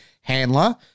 handler